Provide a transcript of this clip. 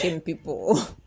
people